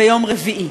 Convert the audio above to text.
ביום רביעי.